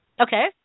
Okay